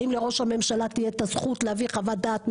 האם לראש הממשלה תהיה את הזכות להביא חוות דעת מטעמו?